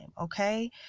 okay